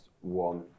one